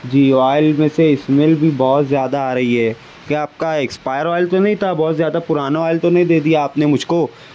جی oil میں سے smell بھی بہت زیادہ آ رہی ہے کیا آپ کا ایکسپائر آئل تو نہیں تھا بہت زیادہ پرانا آئل تو نہیں دے دیا آپ نے مجھ کو